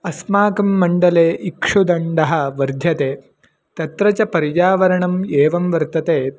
अस्माकं मण्डले इक्षुदण्डः वर्ध्यते तत्र च पर्यावरणम् एवं वर्तते